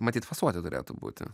matyt fasuoti turėtų būti